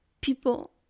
people